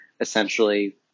essentially